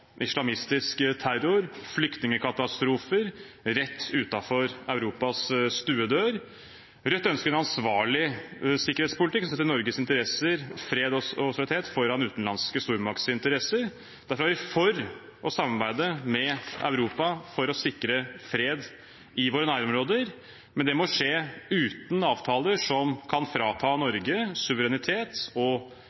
islamistisk terror og flyktningkatastrofer rett utenfor Europas stuedør. Rødt ønsker en ansvarlig sikkerhetspolitikk og setter Norges interesser, fred og solidaritet, foran utenlandske stormaktsinteresser. Derfor er vi for å samarbeide med Europa for å sikre fred i våre nærområder, men det må skje uten avtaler som kan frata